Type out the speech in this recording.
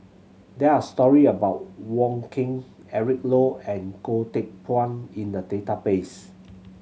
there are story about Wong Keen Eric Low and Goh Teck Phuan in the database